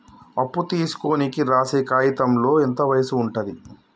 అప్పు తీసుకోనికి రాసే కాయితంలో ఎంత వయసు ఉంటది?